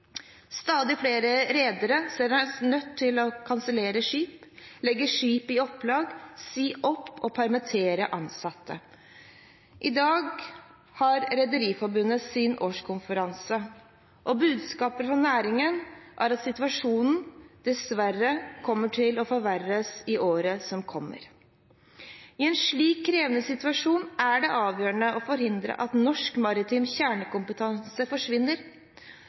Stadig flere redere ser seg nødt til å kansellere skip, legge skip i opplag, si opp og permittere ansatte. I dag har Rederiforbundet sin årskonferanse, og budskapet fra næringen er at situasjonen dessverre kommer til å forverres i året som kommer. I en slik krevende situasjon er det avgjørende å forhindre at norsk maritim kjernekompetanse forsvinner.